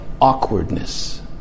awkwardness